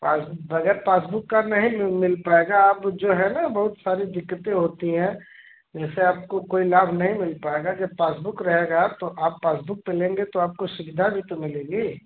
passbook बग़ैर passbook का नहीं मिल पाएगा आब जो है ना बहुत सारी दिक़्क़तें होती हैं जैसे आपको कोई लाभ नहीं मिल पाएगा जब पासबुक रहेगा तो आप पासबुक पर लेंगे तो आपको सुविधा भी तो मिलेगी